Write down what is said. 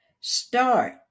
Start